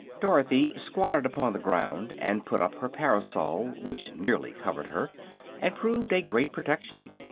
dorothy squatted upon the ground and put up her parasol, which nearly covered her and proved a great protection.